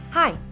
Hi